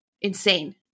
Insane